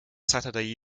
saturday